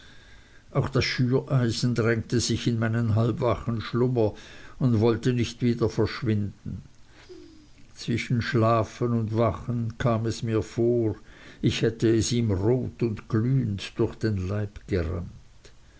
auch das schüreisen drängte sich in meinen halbwachen schlummer und wollte nicht wieder verschwinden zwischen schlafen und wachen kam es mir vor ich hätte es ihm rot und glühend durch den leib gerannt